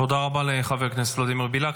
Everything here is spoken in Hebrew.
תודה רבה לחבר הכנסת ולדימיר בליאק.